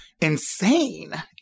insane